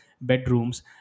bedrooms